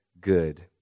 good